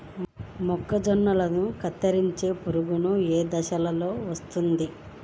మొక్కజొన్నలో కత్తెర పురుగు ఏ దశలో వస్తుంది?